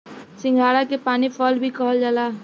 सिंघाड़ा के पानी फल भी कहल जाला